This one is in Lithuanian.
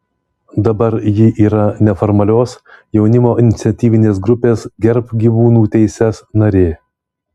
dabar ji yra neformalios jaunimo iniciatyvinės grupės gerbk gyvūnų teises narė